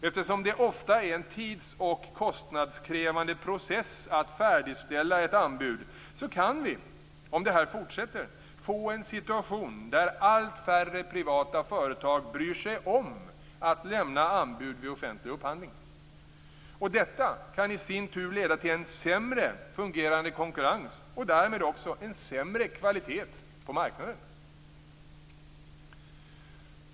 Eftersom det ofta är en tids och kostnadskrävande process att färdigställa ett anbud kan vi, om det här fortsätter, få en situation där allt färre privata företag bryr sig om att lämna anbud vid offentlig upphandling. Detta kan i sin tur leda till en sämre fungerande konkurrens och därmed också en sämre kvalitet på marknaden.